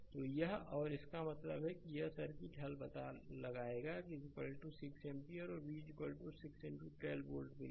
तो यह और इसका मतलब है कि यह सर्किट हल पता लगाएगा 6 एम्पियर और v 6 12 वोल्ट मिलेगा